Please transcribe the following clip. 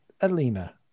Alina